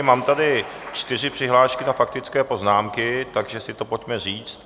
Mám tady čtyři přihlášky na faktické poznámky, takže si to pojďme říct.